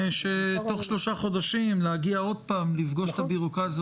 תוך שלושה חודשים להגיע שוב ולפגוש את הבירוקרטיה,